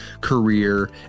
career